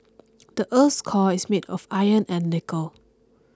the earth's core is made of iron and nickel